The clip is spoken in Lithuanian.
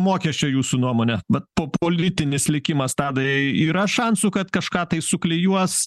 mokesčio jūsų nuomone vat po politinis likimas tadai yra šansų kad kažką tai suklijuos